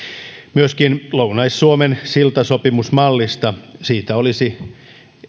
myöskin lounais suomen siltasopimusmalli olisi